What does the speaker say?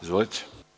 Izvolite.